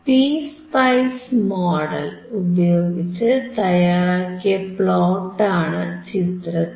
PSpice model ഉപയോഗിച്ച് തയാറാക്കിയ പ്ലോട്ടാണ് ചിത്രത്തിൽ